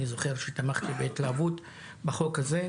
אני זוכר שתמכתי בהתלהבות בחוק הזה.